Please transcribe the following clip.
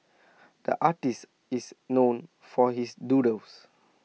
the artist is known for his doodles